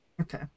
okay